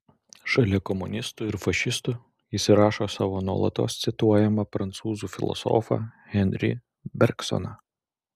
šalia komunistų ir fašistų jis įrašo savo nuolatos cituojamą prancūzų filosofą henri bergsoną